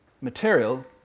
material